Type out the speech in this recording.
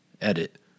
edit